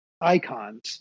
icons